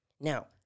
Now